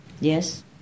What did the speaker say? yes